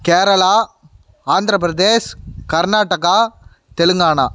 Kerala Andhra Pradesh Karnataka Telangana